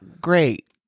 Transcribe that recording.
great